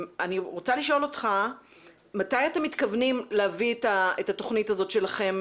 אני רוצה לשאול אותך מתי אתם מתכוונים להביא את התוכנית הזאת שלכם